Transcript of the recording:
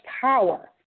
power